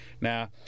Now